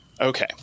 Okay